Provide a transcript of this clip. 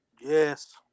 Yes